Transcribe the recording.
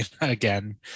Again